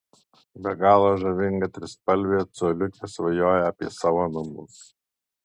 be galo žavinga trispalvė coliukė svajoja apie savo namus